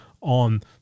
on